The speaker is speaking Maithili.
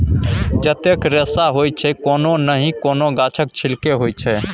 जतेक रेशा होइ छै कोनो नहि कोनो गाछक छिल्के होइ छै